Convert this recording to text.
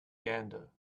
gander